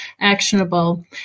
actionable